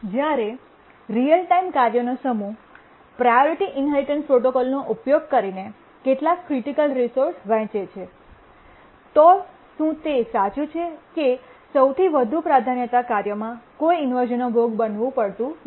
જ્યારે real time કાર્યોનો સમૂહ પ્રાયોરિટી ઇન્હેરિટન્સ પ્રોટોકોલનો ઉપયોગ કરીને કેટલાક ક્રિટિકલ રિસોર્સ વહેંચે છે તો શું તે સાચું છે કે સૌથી વધુ પ્રાધાન્યતા કાર્યમાં કોઈ ઇન્વર્શ઼નનો ભોગ બનવું પડતું નથી